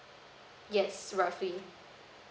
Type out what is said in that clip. yes roughly